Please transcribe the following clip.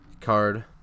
card